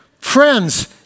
friends